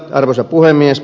arvoisa puhemies